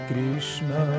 Krishna